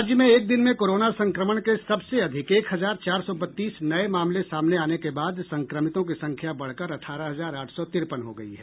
राज्य में एक दिन में कोरोना संक्रमण के सबसे अधिक एक हजार चार सौ बत्तीस नये मामले सामने आने के बाद संक्रमितों की संख्या बढ़कर अठारह हजार आठ सौ तिरपन हो गई है